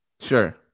Sure